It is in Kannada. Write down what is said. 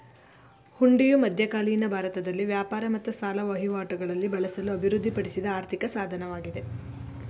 ಹುಂಡಿಯು ಮಧ್ಯಕಾಲೀನ ಭಾರತದಲ್ಲಿ ವ್ಯಾಪಾರ ಮತ್ತು ಸಾಲ ವಹಿವಾಟುಗಳಲ್ಲಿ ಬಳಸಲು ಅಭಿವೃದ್ಧಿಪಡಿಸಿದ ಆರ್ಥಿಕ ಸಾಧನವಾಗಿದೆ